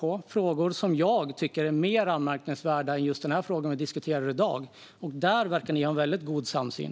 Det här är frågor som jag tycker är mer anmärkningsvärda än den fråga vi i dag diskuterar, och i dessa verkar ni ha en väldigt stor samsyn.